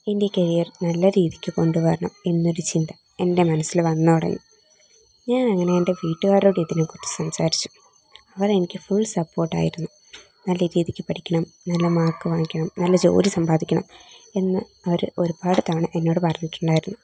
എൻ്റെ കരിയർ നല്ല രീതിക്ക് കൊണ്ടു വരണം എന്നൊരു ചിന്ത എൻ്റെ മനസ്സിൽ വന്നുതുടങ്ങി ഞാൻ അങ്ങനെ എൻ്റെ വീട്ടുകാരോട് ഇതിനെകുറിച്ച് സംസാരിച്ചു അവരെനിക്ക് ഫുൾ സപ്പോർട്ട് ആയിരുന്നു നല്ല രീതിക്ക് പഠിക്കണം നല്ല മാർക്ക് വാങ്ങിക്കണം നല്ല ജോലി സമ്പാദിക്കണം എന്ന് അവര് ഒരുപാട് തവണ എന്നോട് പറഞ്ഞിട്ടുണ്ടായിരുന്നു